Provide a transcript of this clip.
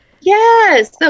Yes